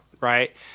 right